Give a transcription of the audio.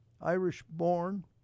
Irish-born